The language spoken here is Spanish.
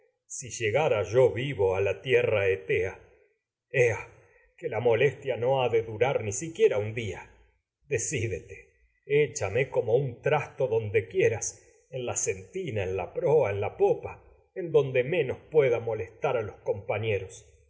si llegara yo vivo a la la tierra a quei molestia no ha de durar ni siquiera un día de decidete échame como un trasto don la quieras menos en sentina en la proa en la popa en donde pueda molestar a los